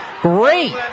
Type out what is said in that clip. Great